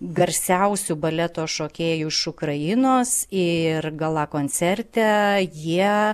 garsiausių baleto šokėjų iš ukrainos ir gala koncerte jie